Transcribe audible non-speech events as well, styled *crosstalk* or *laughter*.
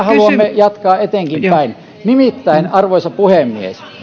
*unintelligible* haluamme jatkaa eteenkinpäin nimittäin arvoisa puhemies